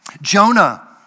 Jonah